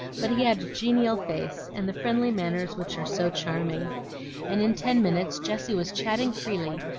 but he had genial face, and the friendly manners which are so charming and in ten minutes jessie was chatting freely,